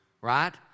Right